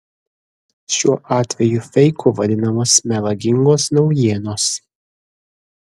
šiuo atveju feiku vadinamos melagingos naujienos